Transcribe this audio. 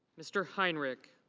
mr. heinrich.